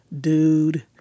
dude